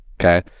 okay